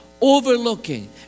overlooking